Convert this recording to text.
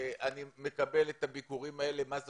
אני מקבל את הביקורים האלה ויודע מה זה